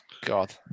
God